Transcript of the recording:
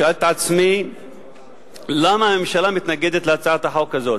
שאלתי את עצמי למה הממשלה מתנגדת להצעת החוק הזאת.